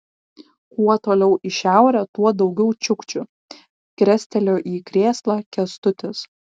kuo toliau į šiaurę tuo daugiau čiukčių krestelėjo į krėslą kęstutis